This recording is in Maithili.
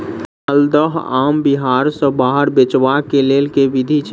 माल्दह आम बिहार सऽ बाहर बेचबाक केँ लेल केँ विधि छैय?